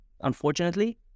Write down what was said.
unfortunately